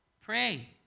pray